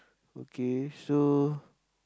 okay so